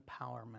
empowerment